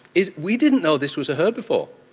is we didn't know this was a herbivore.